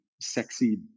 sexy